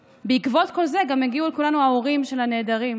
בעקבות כל זה גם הגיעו אל כולנו ההורים של הנעדרים,